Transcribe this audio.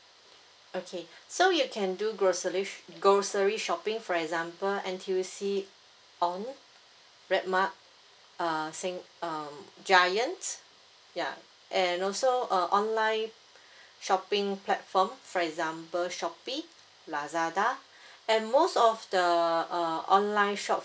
okay so you can do groceries groceries shopping for example N_T_U_C on red mart err sheng err giant ya and also err online shopping platform for example shopee lazada and most of the err online shop